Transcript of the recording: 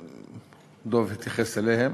ודב התייחס אליהן.